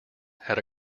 had